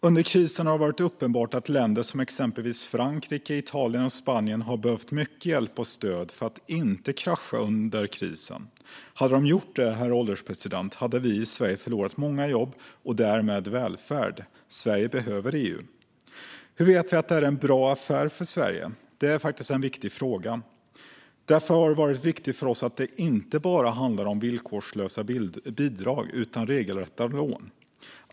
Under krisen har det varit uppenbart att länder som exempelvis Frankrike, Italien och Spanien har behövt mycket hjälp och stöd för att inte krascha. Hade de gjort det, herr ålderspresident, hade vi i Sverige förlorat många jobb och därmed välfärd. Sverige behöver EU. Hur vet vi att det här är en bra affär för Sverige? Det är faktiskt en viktig fråga. Därför har det varit viktigt för oss att det inte bara handlar om villkorslösa bidrag utan regelrätta lån.